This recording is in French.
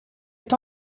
est